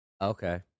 Okay